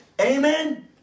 Amen